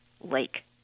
lake